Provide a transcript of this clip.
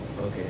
Okay